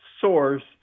source